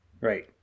Right